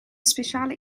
speciale